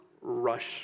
rush